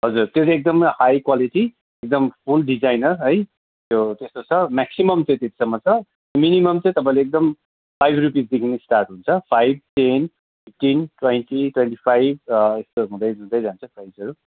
हजुर त्यो चाहिँ एकदमै हाई क्वालेटी एकदम फुल डिजाइनर है त्यो त्यस्तो छ म्याक्सिमम चाहिँ त्यस्तोमा छ मिनिमम चाहिँ तपाईँले एकदम फाइभ रुपिसदेखि स्टार्ट हुन्छ five ten fifteen twenty twenty five र यस्तो हुँदैहुँदै जान्छ प्राइजहरू